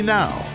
now